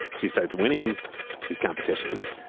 she starts winning these competitions,